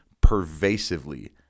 pervasively